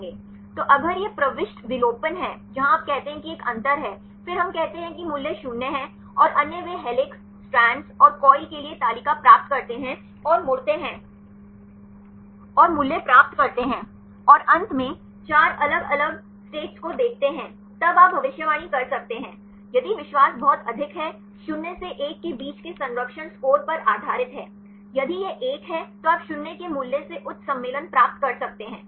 तो अगर यह प्रविष्टि विलोपन है जहाँ आप कहते हैं कि एक अंतर है फिर हम कहते हैं कि मूल्य 0 है और अन्य वे हेलिक्स स्ट्रैंड और कॉइल के लिए तालिका प्राप्त करते हैं और मुड़ते हैं और मूल्य प्राप्त करते हैं और अंत में 4 अलग अलग राज्यों को देखते हैं तब आप भविष्यवाणी कर सकते हैं यदि विश्वास बहुत अधिक है 0 से 1 के बीच के संरक्षण स्कोर पर आधारित है यदि यह 1 है तो आप 0 के मूल्य से उच्च सम्मेलन प्राप्त कर सकते हैं